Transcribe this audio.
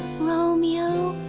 romeo.